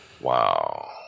Wow